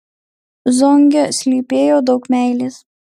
zonge slypėjo daug meilės